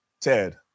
Ted